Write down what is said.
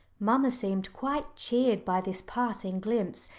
mamma seemed quite cheered by this passing glimpse,